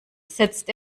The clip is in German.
setzt